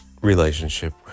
relationship